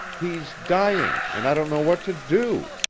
he's dying, and i don't know what to do!